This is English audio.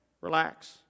Relax